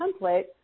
template